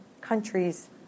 countries